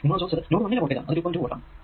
നിങ്ങളോടു ചോദിച്ചത് നോഡ് 1 ലെ വോൾടേജ് ആണ്